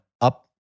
up